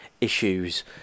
issues